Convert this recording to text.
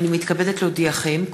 הנני מתכבדת להודיעכם,